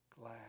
glad